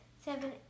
seven